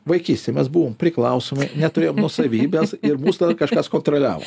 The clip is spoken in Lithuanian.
vaikystėj mes buvom priklausomi neturėjom nuosavybės ir mus tada kažkas kontroliavo